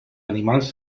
animals